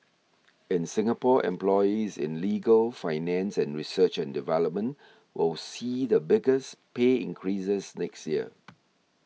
in Singapore employees in legal finance and research and development will see the biggest pay increases next year